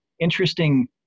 interesting